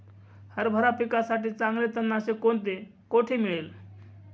हरभरा पिकासाठी चांगले तणनाशक कोणते, कोठे मिळेल?